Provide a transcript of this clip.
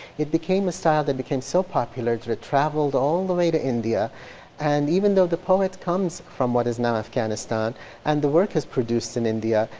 it became a style that became so popular it traveled all the way to india and even though the poet comes from what is now afghanistan and the work is produced in india,